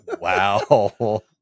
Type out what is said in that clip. wow